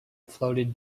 floated